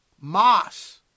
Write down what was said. Moss